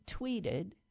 tweeted